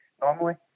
normally